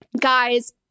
guys